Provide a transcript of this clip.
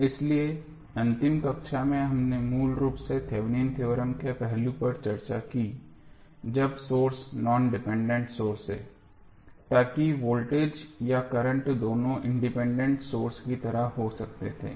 इसलिए अंतिम कक्षा में हमने मूल रूप से थेवेनिन थ्योरम के पहलू पर चर्चा की जब सोर्स नॉन डिपेंडेंट सोर्स है ताकि वोल्टेज या करंट दोनों इंडिपेंडेंट सोर्स की तरह हो सकते थे